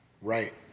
right